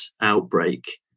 outbreak